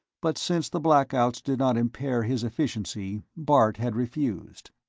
but since the blackouts did not impair his efficiency, bart had refused.